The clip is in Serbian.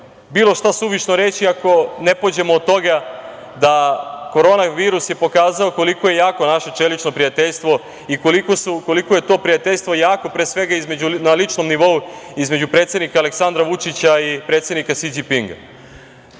bilo šta suvišno reći ako ne pođemo od toga da je korona virus pokazao koliko je jako naše čelično prijateljstvo i koliko je to prijateljstvo jako, pre svega na ličnom nivou između predsednika Aleksandra Vučića i predsednika Si Đinpinga.